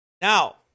Now